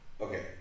okay